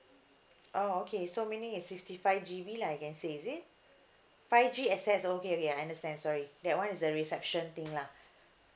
oh okay so meaning it's sixty five G_B lah I can say is it five G access okay okay I understand sorry that one is a reception thing lah